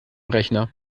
rechner